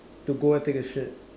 to go take a shit